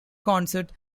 concerts